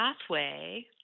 pathway